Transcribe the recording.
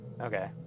Okay